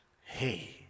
Hey